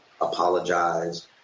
apologize